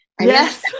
yes